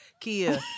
Kia